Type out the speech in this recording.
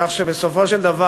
כך שבסופו של דבר,